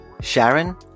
Sharon